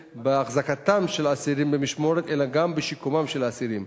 בהחזקתם של האסירים במשמורת אלא גם בשיקומם של האסירים,